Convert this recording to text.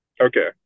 Okay